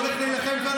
הוא הולך להילחם כאן,